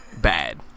bad